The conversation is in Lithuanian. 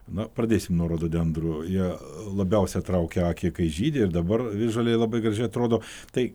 na pradėsim nuo rododendrų jie labiausia traukia akį kai žydi ir dabar visžaliai labai gražiai atrodo tai